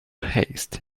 haste